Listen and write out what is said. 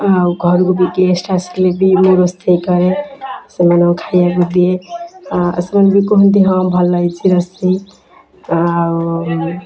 ଆଉ ଘରକୁ ବି ଗେଷ୍ଟ ଆସିଲେ ବି ମୁଁ ରୋଷେଇ କରେ ସେମାନଙ୍କୁ ଖାଇବାକୁ ଦିଏ ସେମାନେ ବି କୁହନ୍ତି ହଁ ଭଲ ହୋଇଛି ରୋଷେଇ ଆଉ